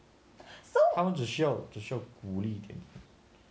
他们只需要只需要鼓励一点点